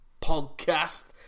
podcast